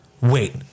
wait